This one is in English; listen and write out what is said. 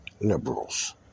liberals